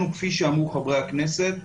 כפי שאמרו חברי הכנסת,